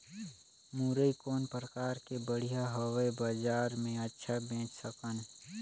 मुरई कौन प्रकार कर बढ़िया हवय? बजार मे अच्छा बेच सकन